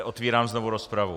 Otevírám znovu rozpravu.